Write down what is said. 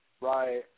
Right